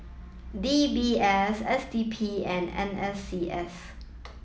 D B S S D P and N S C S